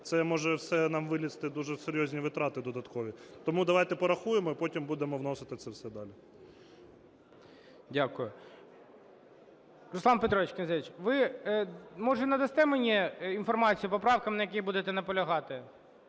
це може все нам вилізти в дуже серйозні витрати додаткові. Тому давайте порахуємо і потім будемо вносити це все далі. ГОЛОВУЮЧИЙ. Дякую. Руслан Петрович Князевич, ви, може, надасте мені інформацію по правкам, на яких будете наполягати?